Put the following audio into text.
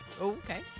okay